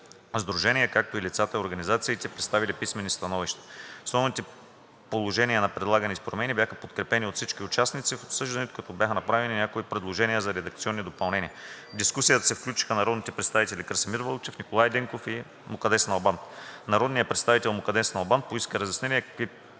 сдружения, както и лицата и организациите, представили писмени становища. Основните положения на предлаганите промени бяха подкрепени от всички участници в обсъждането, като бяха направени някои предложения за редакционни допълнения. В дискусията се включиха народните представители Красимир Вълчев, Николай Денков и Мукаддес Налбант. Народният представител Мукаддес Налбант поиска разяснения какви проблеми